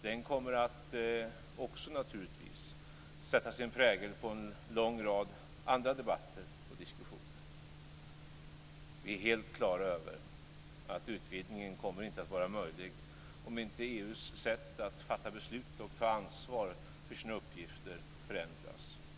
Den kommer naturligtvis också att sätta sin prägel på en lång rad andra debatter och diskussioner. Vi är helt klara över att utvidgningen kommer inte att vara möjlig om inte EU:s sätt att fatta beslut och ta ansvar för sina uppgifter förändras.